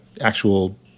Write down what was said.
actual